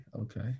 okay